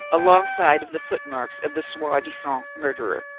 alongside of the footmarks of the soi-disant murderer,